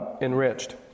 enriched